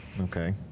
okay